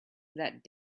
that